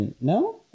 No